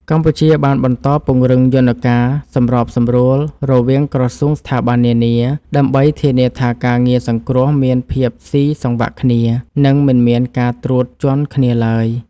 កម្ពុជាបានបន្តពង្រឹងយន្តការសម្របសម្រួលរវាងក្រសួងស្ថាប័ននានា ដើម្បីធានាថាការងារសង្គ្រោះមានភាពស៊ីសង្វាក់គ្នា និងមិនមានការត្រួតជាន់គ្នាឡើយ។